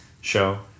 show